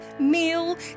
meal